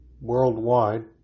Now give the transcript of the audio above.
worldwide